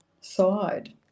side